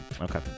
Okay